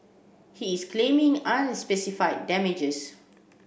he is claiming unspecified damages